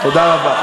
תודה רבה.